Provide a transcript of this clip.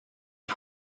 les